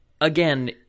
again